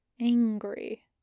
angry